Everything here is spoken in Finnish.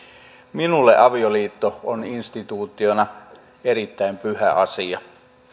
minulle avioliitto on instituutiona erittäin pyhä asia